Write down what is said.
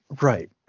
Right